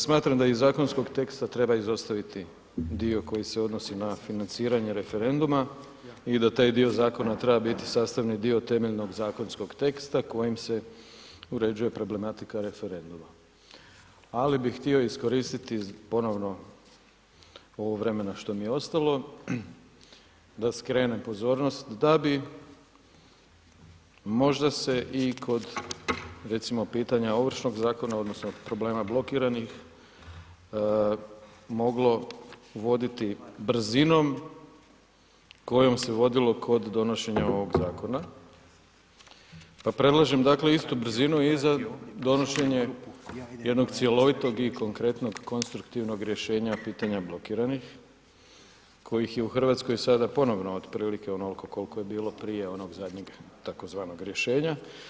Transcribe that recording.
Smatram da je iz zakonskog teksta treba izostaviti dio koji se odnosi na financiranje referenduma i da taj dio Zakona treba biti sastavni dio temeljnog zakonskog teksta kojim se uređuje problematika referenduma, ali bih htio iskoristiti ponovno ovo vremena što mi je ostalo da skrenem pozornost da bi možda se i kod recimo pitanja ovršnog zakona odnosno problema blokiranih, moglo voditi brzinom kojom se vodilo kod donošenja ovog Zakona, pa predlažem dakle istu brzinu i za donošenje jednog cjelovitog i konkretnog konstruktivnog rješenja pitanja blokiranih, kojih je u Hrvatskoj sada ponovno otprilike onol'ko kol'ko je bilo prije onog zadnjeg takozvanog rješenja.